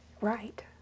Right